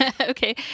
Okay